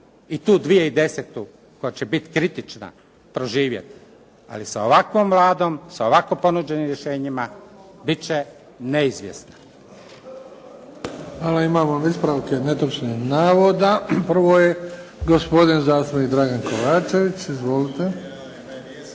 i tu 2010. koja će biti kritična proživjeti ali sa ovakvom Vladom, sa ovako ponuđenim rješenjima bit će neizvjesna. **Bebić, Luka (HDZ)** Hvala. Imamo ispravke netočnih navoda. Prvo je gospodin zastupnik Dragan Kovačević. Izvolite.